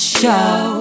show